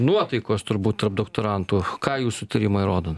nuotaikos turbūt tarp doktorantų ką jūsų tyrimai rodo